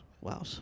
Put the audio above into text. Wow